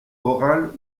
oral